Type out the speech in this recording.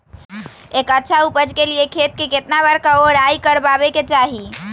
एक अच्छा उपज के लिए खेत के केतना बार कओराई करबआबे के चाहि?